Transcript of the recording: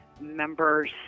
members